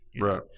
right